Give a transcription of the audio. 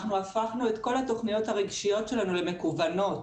אנחנו הפכנו את כל התוכניות הרגשיות שלנו למקוונות